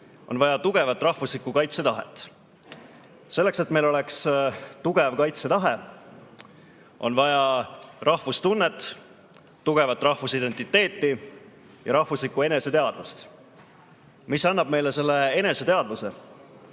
on vaja tugevat rahvuslikku kaitsetahet. Selleks, et meil oleks tugev kaitsetahe, on vaja rahvustunnet, tugevat rahvusidentiteeti ja rahvuslikku eneseteadvust. Mis annab meile selle eneseteadvuse?